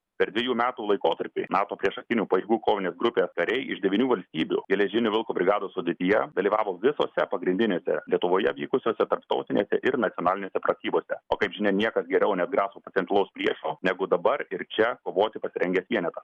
per dvejų metų laikotarpį nato priešakinių pajėgų kovinės grupė kariai iš devynių valstybių geležinio vilko brigados sudėtyje dalyvavo visose pagrindinėse lietuvoje vykusiose tarptautinėse ir nacionalinėse pratybose o kaip žinia niekas geriau neatgraso potencialaus priešo negu dabar ir čia kovoti pasirengęs vienetas